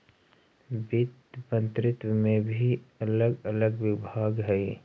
वित्त मंत्रित्व में भी अलग अलग विभाग हई